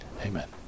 Amen